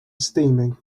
steaming